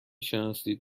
شناسید